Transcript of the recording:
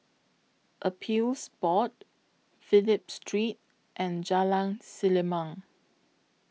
Appeals Board Phillip Street and Jalan Selimang